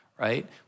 right